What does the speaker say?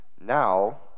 now